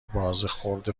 بازخورد